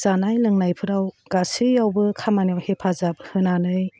जानाय लोंनायफोराव गासैयावबो खामानियाव हेफाजाब होनानै